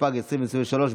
התשפ"ג 2023,